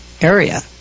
area